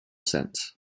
sense